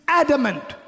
adamant